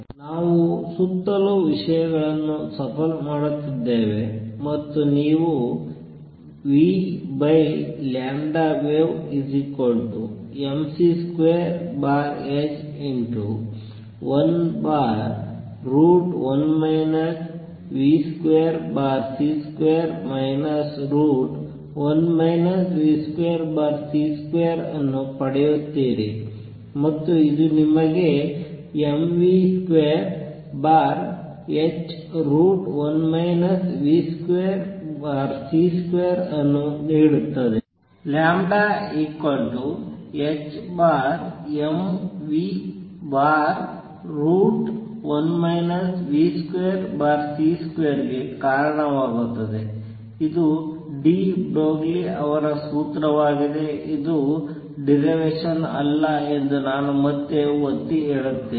ನಾವು ಸುತ್ತಲೂ ವಿಷಯಗಳನ್ನು ಶಫ್ಫಲ್ ಮಾಡುತ್ತಿದ್ದೇವೆ ಮತ್ತು ನೀವು vwave mc2h11 v2c2 1 v2c2 ಅನ್ನು ಪಡೆಯುತ್ತೀರಿ ಮತ್ತು ಇದು ನಿಮಗೆ mv2h1 v2c2 ಅನ್ನು ನೀಡುತ್ತದೆ λhmv1 v2c2 ಗೆ ಕಾರಣವಾಗುತ್ತದೆ ಇದು ಡಿ ಬ್ರೊಗ್ಲಿ ರವರ ಸೂತ್ರವಾಗಿದೆ ಇದು ಡಿರವೇಷನ್ ಅಲ್ಲ ಎಂದು ನಾನು ಮತ್ತೆ ಒತ್ತಿ ಹೇಳುತ್ತೇನೆ